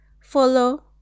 follow